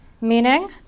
meaning